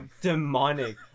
demonic